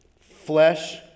Flesh